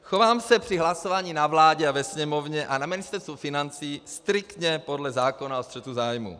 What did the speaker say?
Chovám se při hlasování na vládě a ve Sněmovně a na Ministerstvu financí striktně podle zákona o střetu zájmů.